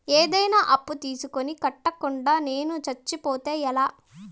ఏదైనా అప్పు తీసుకొని కట్టకుండా నేను సచ్చిపోతే ఎలా